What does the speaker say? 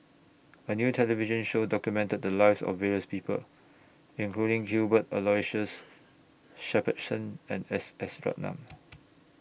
A New television Show documented The Lives of various People including Cuthbert Aloysius Shepherdson and S S Ratnam